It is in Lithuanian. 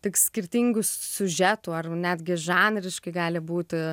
tik skirtingų siužetų ar jau netgi žanriškai gali būti